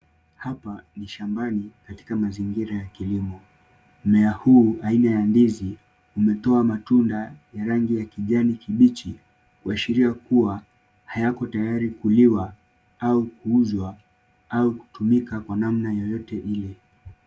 Hapa ni shambani katika mazingira ya kilimo. Mmea huu aina ya ndizi umetoa matunda ya rangi ya kijani kibichi kuashiria kuwa hayako tayari kuliwa au kuuzwa au kutumika kwa namna yoyote ile.